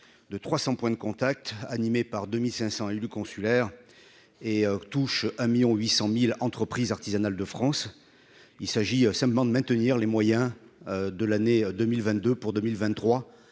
de 300 points de contact par 2500 élus consulaires et touche un 1000000 800 1000 entreprises artisanales de France, il s'agit simplement de maintenir les moyens de l'année 2022 pour 2023